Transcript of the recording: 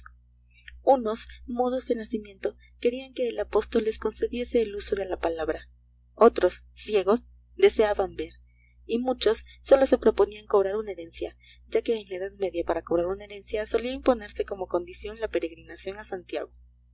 unos mudos de nacimiento querían que el apóstol les concediese el uso de la palabra otros ciegos deseaban ver y muchos sólo se proponían cobrar una herencia ya que en la edad media para cobrar una herencia solía imponerse como condición la peregrinación a santiago